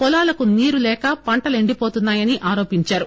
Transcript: పొలాలకు నీరు లేక పంటలు ఎండిపోతున్నాయని ఆరోపించారు